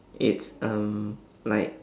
it's um like